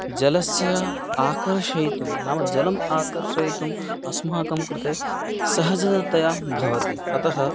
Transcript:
जलस्य आकर्षयितुं नाम जलम् आकर्षयितुम् अस्माकं कृते सहजतया भवति अतः